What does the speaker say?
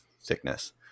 thickness